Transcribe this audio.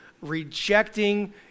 rejecting